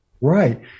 Right